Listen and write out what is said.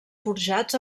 forjats